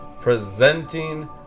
presenting